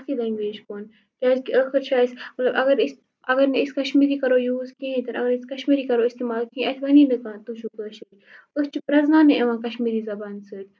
اَتھٕے لینگویج کُن کیازِ کہِ ٲخٕر چھ اَسہِ اگر أسۍ اگر نہٕ أسۍ کشمیری کَرو یوٗز کِہیٖنۍ تہِ نہٕ اگر نہٕ أسۍ کَشمیری کَرو اِستعمال کینہہ اَسہِ وَنۍ نہٕ کانہہ تُہۍ چھو کٲشِر أسۍ چھِ پرٛیزناونہٕ یِوان کٲشِر زبانہِ سۭتۍ